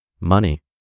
money